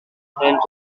hands